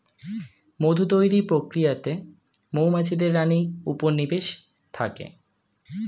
মধু তৈরির প্রক্রিয়াতে মৌমাছিদের রানী উপনিবেশে থাকে